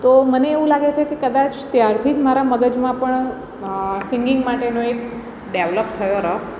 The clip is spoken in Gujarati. તો મને એવું લાગે છે કે કદાચ ત્યારથી જ મારા મગજમાં પણ સિંગિંગ માટેનો એક ડેવલપ થયો રસ